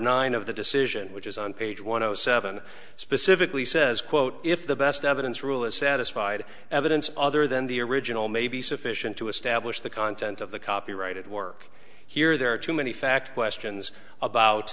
nine of the decision which is on page one hundred seven specifically says quote if the best evidence rule is satisfied evidence other than the original may be sufficient to establish the content of the copyrighted work here there are too many fact questions about